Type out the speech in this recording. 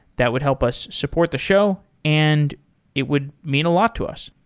that would help us support the show and it would mean a lot to us.